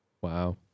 Wow